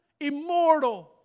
immortal